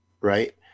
Right